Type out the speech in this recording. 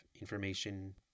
information